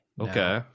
Okay